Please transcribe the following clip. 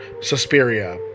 Suspiria